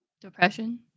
Depression